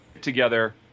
together